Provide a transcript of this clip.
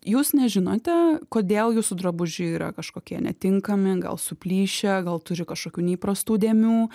jūs nežinote kodėl jūsų drabužiai yra kažkokie netinkami gal suplyšę gal turi kažkokių neįprastų dėmių